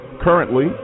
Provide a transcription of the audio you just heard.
Currently